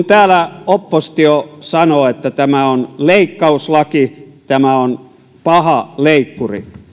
täällä oppositio sanoo että tämä on leikkauslaki tämä on paha leikkuri